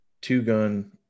two-gun